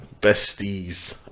besties